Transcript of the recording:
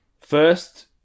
first